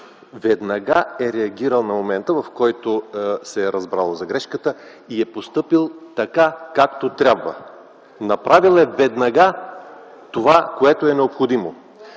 веднага е реагирал, на момента, в който се е разбрало за грешката, и е постъпил така, както трябва. Направил е веднага това, което е необходимо.